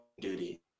duty